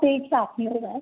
पे का अभी हो रहा है